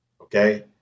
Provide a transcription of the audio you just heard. okay